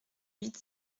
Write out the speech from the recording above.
huit